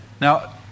Now